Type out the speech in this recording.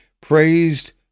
praised